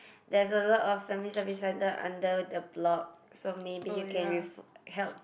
there's a lot of family service center under the block so maybe you can refer help